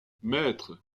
maître